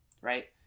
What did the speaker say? right